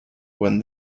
when